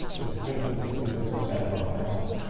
is taking sixty six percent of our frame time.